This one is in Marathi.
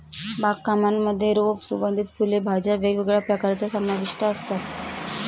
बाग कामांमध्ये रोप, सुगंधित फुले, भाज्या वेगवेगळ्या प्रकारच्या समाविष्ट असतात